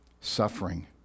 suffering